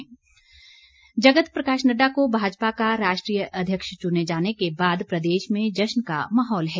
कुल्लू भाजपा जगत प्रकाश नड्डा को भाजपा का राष्ट्रीय अध्यक्ष चुने जाने के बाद प्रदेश में जश्न का माहौल है